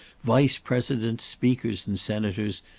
vice-presidents, speakers, and senators,